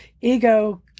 Ego